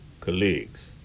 Colleagues